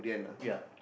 ya